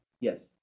Yes